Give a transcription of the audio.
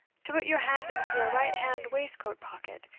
to put your hand into your right-hand waistcoat pocket,